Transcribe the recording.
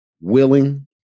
willing